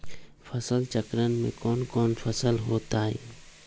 फसल चक्रण में कौन कौन फसल हो ताई?